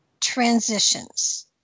transitions